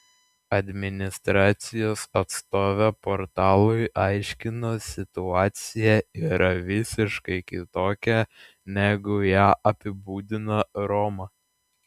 administracijos atstovė portalui aiškino situacija yra visiškai kitokia negu ją apibūdina roma